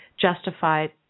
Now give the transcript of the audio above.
justified